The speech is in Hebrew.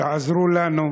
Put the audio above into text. תעזרו לנו.